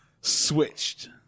switched